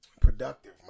Productive